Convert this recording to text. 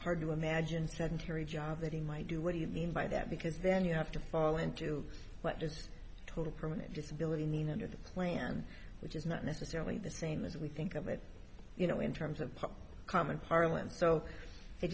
hard to imagine sedentary job that he might do what do you mean by that because then you have to fall into what does total permanent disability mean under the plan which is not necessarily the same as we think of it you know in terms of common parlance so it